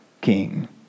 king